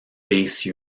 base